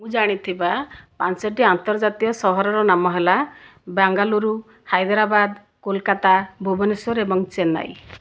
ମୁଁ ଜାଣିଥିବା ପାଞ୍ଚଟି ଆନ୍ତର୍ଜାତୀୟ ସହରର ନାମ ହେଲା ବାଙ୍ଗାଲୁରୁ ହାଇଦ୍ରାବାଦ କୋଲକାତା ଭୁବନେଶ୍ଵର ଏବଂ ଚେନ୍ନାଇ